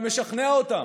ומשכנע אותם,